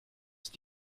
ist